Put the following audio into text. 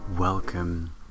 Welcome